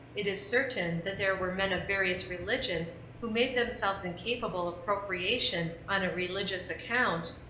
it is certain, that there were men of various religions who made themselves incapable of procreation on a religious account,